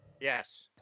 Yes